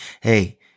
Hey